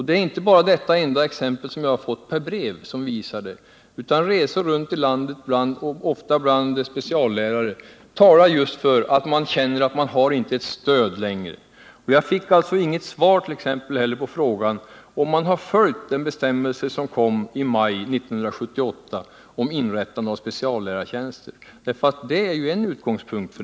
Det är inte bara det här brevexemplet som bevisar detta. Resor i landet, ofta till speciallärare, visar att de känner att de inte längre har något stöd. Inte heller fick jag något svar på t.ex. frågan om huruvida man har följt bestämmelsen från i maj 1978 om inrättande av speciallärartjänster.